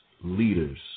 leaders